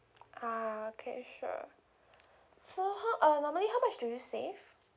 ah okay sure so how uh normally how much do you save